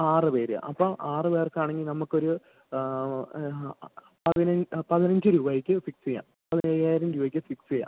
ആറു പേർ അപ്പോൾ ആറു പേർക്കാണെങ്കിൽ നമ്മുക്കൊരു പതിനഞ്ച് രൂപയ്ക്ക് ഫിക്സ് ചെയ്യാം പതിനയ്യായിരം രൂപയ്ക്ക് ഫിക്സ് ചെയ്യാം